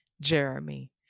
Jeremy